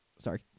Sorry